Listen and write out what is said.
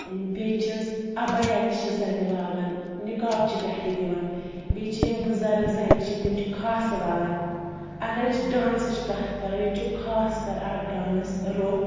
بیٚیہِ چھِس اَبیا تہِ چھِ زَنہِ لاگَن نِکاب چھِ پٮ۪ٹھٕ دِوان بیٚیہِ چھِ یِم بُزَرٕگ زَنہِ چھِ تِم چھِ خاصہٕ وَلَن اگر أسۍ ڈانسٕچ کَتھ کَرو ییٚتہِ چھُ خاص کَر اَکھ ڈانٕس روٚپھ